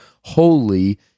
holy